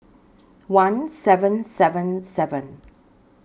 one seven seven seven